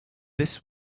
this